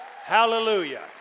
Hallelujah